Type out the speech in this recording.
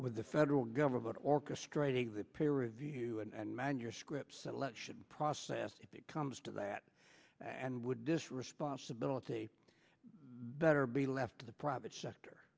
with the federal government orchestrating a peer review and manuscripts selection process if it comes to that and would this responsibility better be left to the private sector